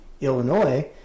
Illinois